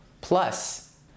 Plus